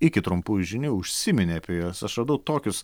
iki trumpųjų žinių užsiminė apie juos aš radau tokius